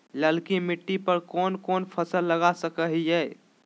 ललकी मिट्टी पर कोन कोन फसल लगा सकय हियय?